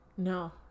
No